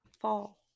fall